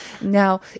Now